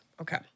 Okay